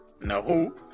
No